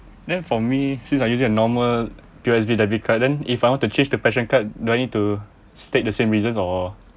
then for me since I using a normal P_O_S_B debit card then if I want to change to passion card do I need to state the same reasons or